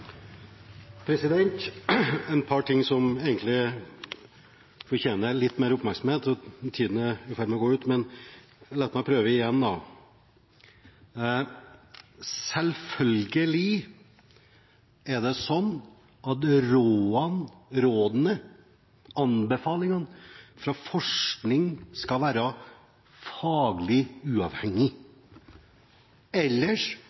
med å renne ut, så la meg prøve igjen: Selvfølgelig er det sånn at rådene og anbefalingene fra forskning skal være faglig uavhengig. Ellers